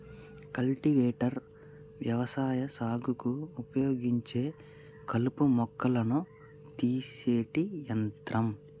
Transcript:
cultivator వ్యవసాయ సాగుకు ఉపయోగించే కలుపు మొక్కలను తీసేటి యంత్రం